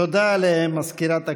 תודה למזכירת הכנסת.